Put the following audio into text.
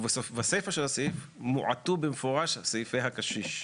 ובסופו של הסעיף, התמעטו במפורש סעיפי הקשיש.